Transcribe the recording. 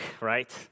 right